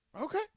Okay